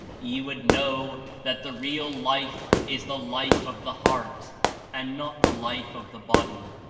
ye would know that the real life is the life of the heart and not the life of the body,